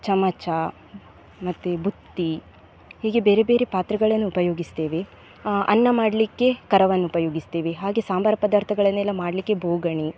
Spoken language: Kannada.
ಚಮಚ ಮತ್ತು ಬುತ್ತಿ ಹೀಗೆ ಬೇರೆ ಬೇರೆ ಪಾತ್ರೆಗಳನ್ನು ಉಪಯೋಗಿಸ್ತೇವೆ ಅನ್ನ ಮಾಡಲಿಕ್ಕೆ ಕರವನ್ನು ಉಪಯೋಗಿಸ್ತೇವೆ ಹಾಗೇ ಸಾಂಬಾರು ಪದಾರ್ಥಗಳನ್ನೆಲ್ಲ ಮಾಡಲಿಕ್ಕೆ ಬೋಗಣಿ